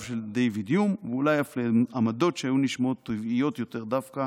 של דיוויד יום ואולי אף לעמדות שהיו נשמעות טבעיות יותר דווקא